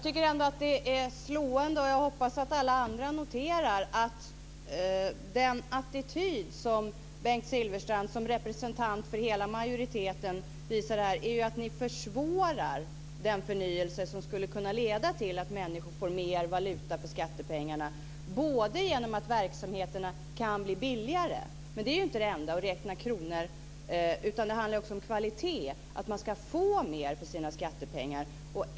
Fru talman! Den attityd som Bengt Silfverstrand visar, som representant för hela majoriteten, är slående. Jag hoppas att alla andra noterar det. Ni försvårar den förnyelse som skulle kunna leda till att människor får mer valuta för skattepengarna genom att verksamheterna blir billigare. Men att räkna kronor är inte det enda. Det handlar också om kvalitet, att man ska få mer för sina skattepengar.